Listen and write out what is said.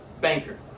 Banker